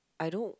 I don't